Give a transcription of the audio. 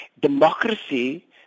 democracy